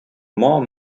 more